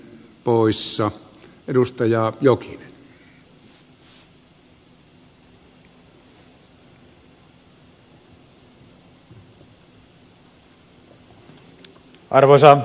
arvoisa herra puhemies